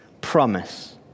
promise